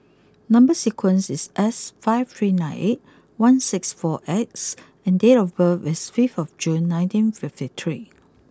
number sequence is S five three nine eight one six four X and date of birth is fifth of June nineteen fifty three